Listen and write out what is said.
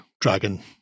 dragon